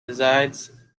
decides